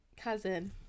cousin